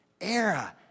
era